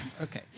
Okay